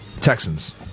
Texans